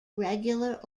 regular